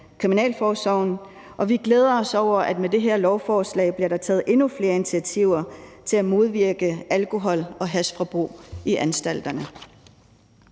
og vi glæder os over, at med det her lovforslag bliver der taget endnu flere initiativer til at modvirke alkohol- og hashforbrug i anstalterne.